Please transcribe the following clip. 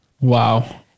Wow